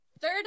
Third